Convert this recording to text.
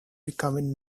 becoming